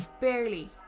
barely